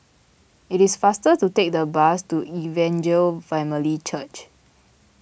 it is faster to take the bus to Evangel Family Church